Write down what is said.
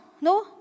no